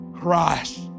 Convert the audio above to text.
christ